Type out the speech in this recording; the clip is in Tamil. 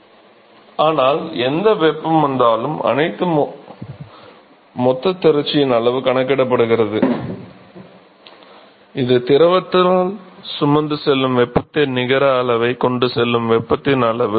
மாணவர் ஆனால் எந்த வெப்பம் வந்தாலும் அனைத்தும் மொத்த திரட்சியின் அளவு கணக்கிடப்படுகிறது இது திரவத்தால் சுமந்து செல்லும் வெப்பத்தின் நிகர அளவை கொண்டு செல்லும் வெப்பத்தின் அளவு